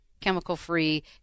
chemical-free